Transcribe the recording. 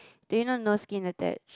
do you know no skin attached